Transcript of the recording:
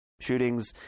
shootings